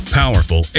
powerful